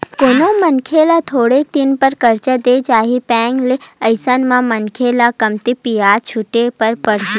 कोनो मनखे ल थोरके दिन बर करजा देय जाही बेंक ले अइसन म मनखे ल कमती बियाज छूटे बर परही